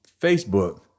Facebook